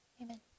amen